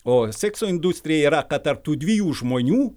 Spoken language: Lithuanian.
o sekso industrija yra ta tarp tų dviejų žmonių